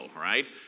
right